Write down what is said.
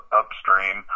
upstream